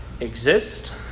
exist